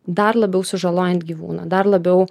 dar labiau sužalojant gyvūną dar labiau